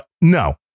No